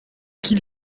qu’il